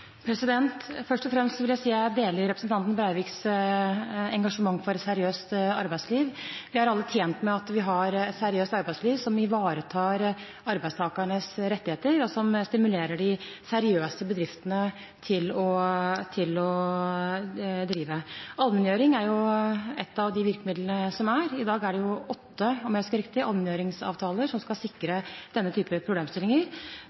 Først og fremst vil jeg si at jeg deler representanten Breiviks engasjement for et seriøst arbeidsliv. Vi er alle tjent med at vi har et seriøst arbeidsliv som ivaretar arbeidstakernes rettigheter, og som stimulerer bedriftene til å drive seriøst. Allmenngjøring er ett av de virkemidlene som finnes. I dag er det åtte – om jeg husker riktig – allmenngjøringsavtaler som skal sikre denne typen problemstillinger.